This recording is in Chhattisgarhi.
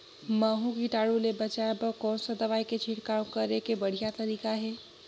महू कीटाणु ले बचाय बर कोन सा दवाई के छिड़काव करे के बढ़िया तरीका हे?